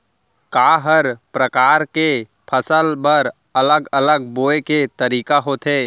का हर प्रकार के फसल बर अलग अलग बोये के तरीका होथे?